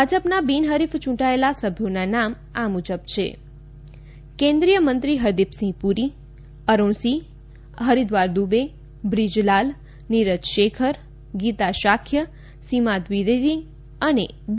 ભાજપના બિનહરીફ ચૂંટાયેલા સભ્યોના નામ આ મુજબ છે કેન્દ્રિય મંત્રી હરદીપસિંહ પુરી અરૂણ સિંહ હરીદ્વાર દુબે બ્રીજલાલ નીરજ શેખર ગીતા શાખ્ય સીમા દ્વિવેદી અને બી